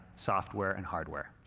software, and hardware.